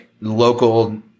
local